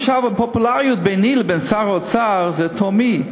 ההבדל בפופולריות ביני לבין שר האוצר, זה תהומי.